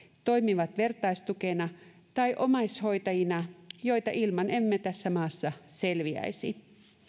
toimivat vertaistukena tai omaishoitajina joita ilman emme tässä maassa selviäisi